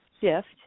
shift